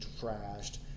trashed